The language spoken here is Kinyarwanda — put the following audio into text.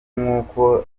nk’uko